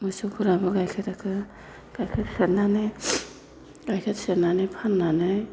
मोसौफोराबो गाइखेरखौ गाइखेर सेरनानै फाननानै